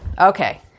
Okay